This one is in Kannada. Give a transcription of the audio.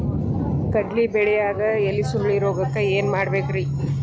ಕಡ್ಲಿ ಬೆಳಿಯಾಗ ಎಲಿ ಸುರುಳಿರೋಗಕ್ಕ ಏನ್ ಮಾಡಬೇಕ್ರಿ?